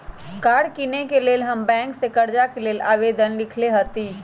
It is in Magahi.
कार किनेके लेल हम बैंक से कर्जा के लेल आवेदन लिखलेए हती